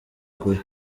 kure